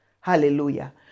Hallelujah